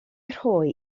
rhoi